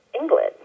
England